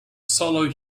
solo